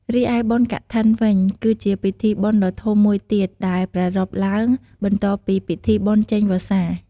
រីឯ បុណ្យកឋិន វិញ គឺជាពិធីបុណ្យដ៏ធំមួយទៀត ដែលប្រារព្ធឡើងបន្ទាប់ពីពិធីបុណ្យចេញវស្សា។